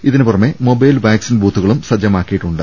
ഇതിന് പുറമെ mobile vaccine ബൂത്തുകളും സജ്ജമാക്കിയിട്ടുണ്ട്